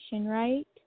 right